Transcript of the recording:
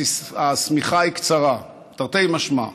השמיכה היא קצרה, תרתי משמע.